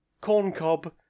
corncob